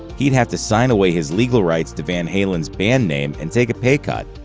he'd have to sign away his legal rights to van halen's band name and take a pay cut.